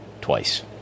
twice